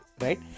Right